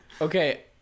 Okay